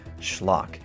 schlock